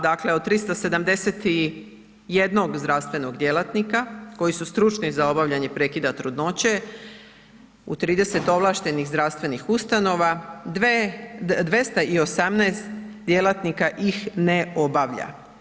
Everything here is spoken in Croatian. Dakle, od 371 zdravstvenog djelatnika koji su struni za obavljanje prekida trudnoće u 30 ovlaštenih zdravstvenih ustanova, 218 djelatnika ih ne obavlja.